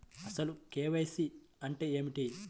అసలు కే.వై.సి అంటే ఏమిటి?